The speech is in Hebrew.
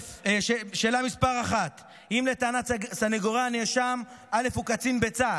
1. אם לטענת סנגורי הנאשם א' הוא קצין בצה"ל,